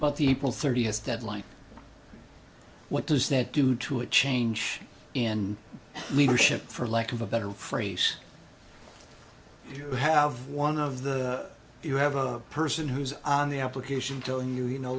the people thirty has that light what does that do to a change in leadership for lack of a better phrase you have one of the you have a person who's on the application telling you you no